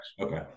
Okay